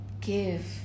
give